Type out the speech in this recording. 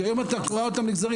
כי היום אתה קורע אותם לגזרים,